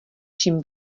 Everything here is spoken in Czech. čím